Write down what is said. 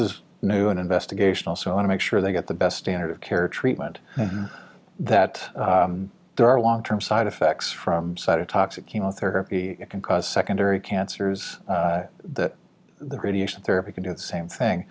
is new an investigation also want to make sure they get the best standard of care treatment that there are long term side effects from side to toxic chemotherapy can cause secondary cancers that the radiation therapy can do the same thing